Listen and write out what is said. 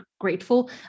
grateful